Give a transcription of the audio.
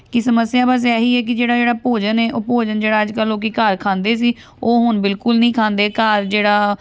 ਕਿ ਸਮੱਸਿਆ ਬਸ ਇਹ ਹੀ ਹੈ ਕਿ ਜਿਹੜਾ ਜਿਹੜਾ ਭੋਜਨ ਹੈ ਉਹ ਭੋਜਨ ਜਿਹੜਾ ਅੱਜ ਕੱਲ੍ਹ ਲੋਕ ਘਰ ਖਾਂਦੇ ਸੀ ਉਹ ਹੁਣ ਬਿਲਕੁਲ ਨਹੀਂ ਖਾਂਦੇ ਘਰ ਜਿਹੜਾ ਬਣਿਆ